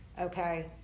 Okay